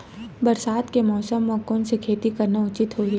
बरसात के मौसम म कोन से खेती करना उचित होही?